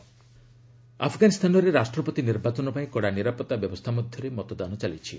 Afghanistan election ଆଫ୍ଗାନିସ୍ତାନରେ ରାଷ୍ଟପତି ନିର୍ବାଚନ ପାଇଁ କଡ଼ା ନିରାପତ୍ତା ବ୍ୟବସ୍ଥା ମଧ୍ୟରେ ମତଦାନ ଚାଲିଛି